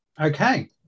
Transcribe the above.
Okay